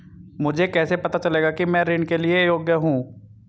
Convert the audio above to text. मुझे कैसे पता चलेगा कि मैं ऋण के लिए योग्य हूँ?